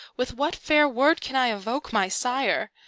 with what fair word can i invoke my sire?